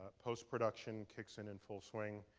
post-production kicks in in full swing.